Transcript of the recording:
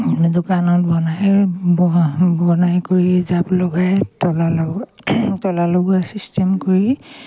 দোকানত বনাই ব বনাই কৰি জাপ লগাই তলা লগোৱা তলা লগোৱা ছিষ্টেম কৰি